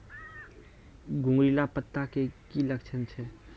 घुंगरीला पत्ता के की लक्छण छै?